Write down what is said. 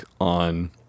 on